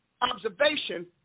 observation